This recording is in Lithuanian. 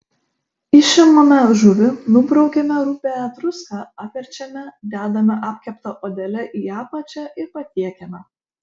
išimame žuvį nubraukiame rupią druską apverčiame dedame apkepta odele į apačią ir patiekiame